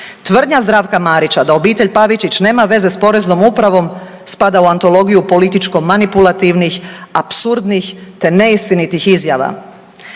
Tvrdnja Zdravka Marića da obitelj Pavičić nema veze s Poreznom upravom spada u antologiju političko-manipulativnih, apsurdnih te neistinitih izjava.